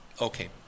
okay